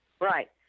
right